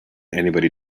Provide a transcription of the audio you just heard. anybody